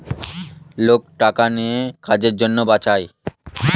লোক টাকা নিজের কাজের জন্য বাঁচায়